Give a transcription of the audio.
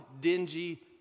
dingy